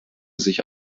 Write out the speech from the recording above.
sich